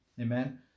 Amen